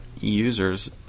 users